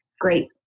great